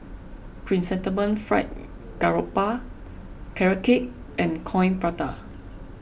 Chrysanthemum Fried Garoupa Carrot Cake and Coin Prata